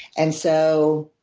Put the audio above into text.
and so